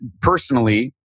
personally